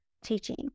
teaching